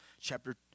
chapter